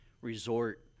resort